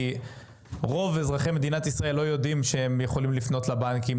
כי רוב אזרחי מדינת ישראל לא יודעים שהם יכולים לפנות לבנקים,